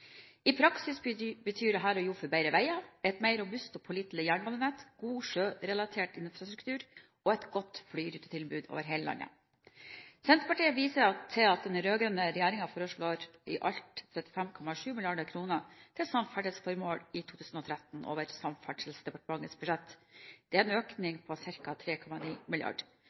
I praksis betyr dette å jobbe for bedre veier, et mer robust og pålitelig jernbanenett, god sjørelatert infrastruktur og et godt flyrutetilbud over hele landet. Senterpartiet viser til at den rød-grønne regjeringen foreslår i alt 35,7 mrd. kr til samferdselsformål i 2013 over Samferdselsdepartementets budsjett. Det er en økning på ca. 3,9